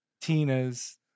Tina's